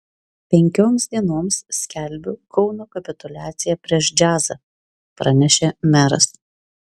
penkioms dienoms skelbiu kauno kapituliaciją prieš džiazą pranešė meras